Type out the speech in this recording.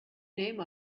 name